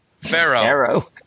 Pharaoh